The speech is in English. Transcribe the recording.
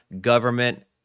government